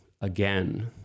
again